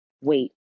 wait